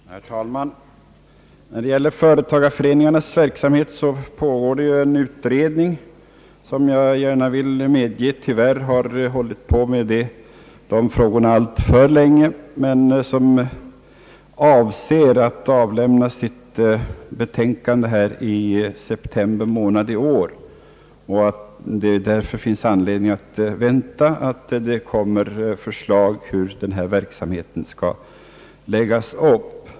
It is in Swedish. Herr talman! När det gäller företagareföreningarnas verksamhet pågår ju en utredning som — det viil jag gärna medge — tyvärr har hållit på med dessa frågor alltför länge. Den avser emellertid att avlämna sitt betänkande i september i år. Därför finns det all anledning att vänta att det kommer förslag om hur denna verksamhet skall läggas upp.